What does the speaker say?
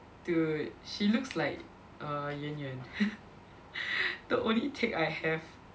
dude she looks like err Yuan Yuan the only I have